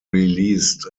released